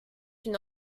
une